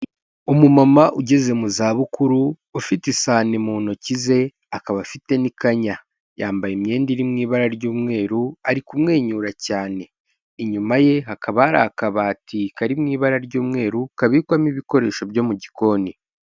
Umumama ugeze mu zabukuru, ufite isai mu ntoki ze, akaba afite n'ikanya. Yambaye imyenda iri mu ibara ry'umweru ari kumwenyura cyane. Inyuma ye hakaba hari akabati kari mu ibara ry'umweru kabikwamo ibikoresho byo mu gikoni.